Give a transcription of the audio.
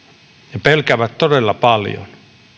he pelkäävät todella paljon